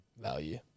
value